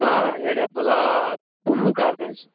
آ red apple آ اوٚنمُت کَر تانۍ سُہ